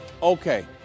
Okay